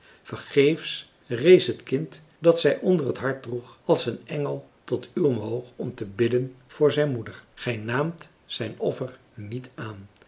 rees het kind dat zij onder het hart droeg als een engel tot u omhoog om te bidden voor zijn moeder gij naamt zijn offer niet aan